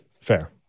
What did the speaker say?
Fair